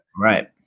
Right